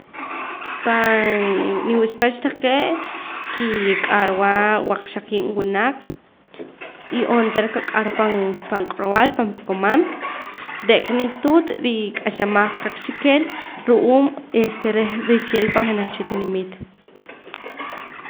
Pan niwuxpach taqee' kii k'arwa waqxaqiib' wunaq y onteera kaq'ar pan pan q'orb'al pan poqomam re'ka nituut rik'axamaj kaqchikel ru'uum reh richila pan jenaj cha tinimit